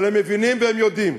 אבל הם מבינים והם יודעים,